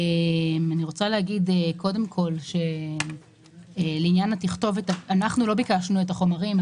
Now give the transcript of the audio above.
אני רוצה להגיד קודם כול לעניין התכתובת: אנחנו לא ביקשנו את החומרים,